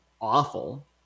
awful